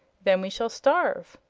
then we shall starve.